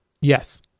Yes